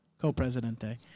Co-Presidente